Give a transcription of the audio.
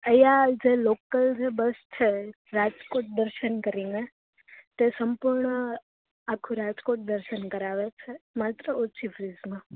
અઇયાં જે લોકલ જે બસ છે રાજકોટ દર્શન કરીને તે સંપૂર્ણ આખું રાજકોટ દર્શન કરાવે છે માત્ર ઓછી ફિશમાં